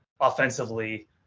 offensively